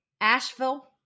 Asheville